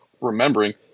remembering